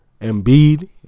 Embiid